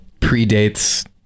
predates